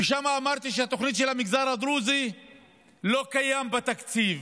ושם אמרתי שהתוכנית של המגזר הדרוזי לא קיימת בתקציב,